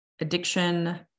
addiction